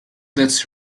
that’s